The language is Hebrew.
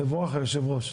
מבורך יושב הראש.